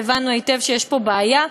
והבנו היטב שיש בעיה,